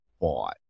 bought